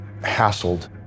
hassled